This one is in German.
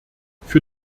für